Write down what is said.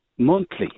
monthly